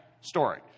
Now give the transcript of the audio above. story